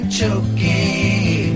choking